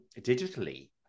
digitally